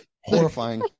Horrifying